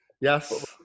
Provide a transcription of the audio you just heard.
Yes